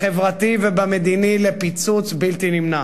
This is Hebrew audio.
בחברתית ובמדינית, לפיצוץ בלתי נמנע.